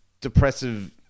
depressive